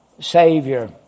Savior